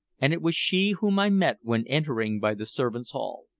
and it was she whom i met when entering by the servants' hall.